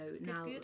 now